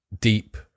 deep